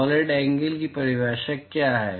solid angle की परिभाषा क्या है